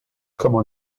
comment